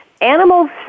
animals